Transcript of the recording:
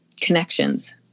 connections